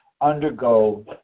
undergo